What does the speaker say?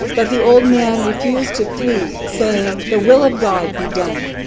but the old man refused to flee, saying, the will of god be done.